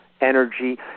energy